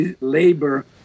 labor